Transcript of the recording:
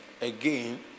again